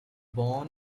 born